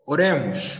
Oremos